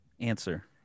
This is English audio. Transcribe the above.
Answer